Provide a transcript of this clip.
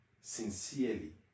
sincerely